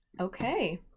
Okay